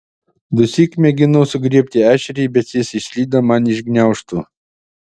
dusyk mėginau sugriebti ešerį bet jis išslydo man iš gniaužtų